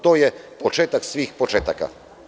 To je početak svih početaka.